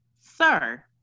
sir